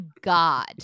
God